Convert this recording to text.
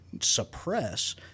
suppress